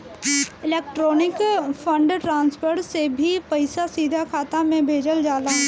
electronic fund transfer से भी पईसा सीधा खाता में भेजल जाला